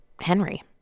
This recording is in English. Henry